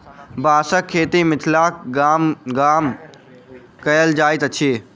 बाँसक खेती मिथिलाक गामे गाम कयल जाइत अछि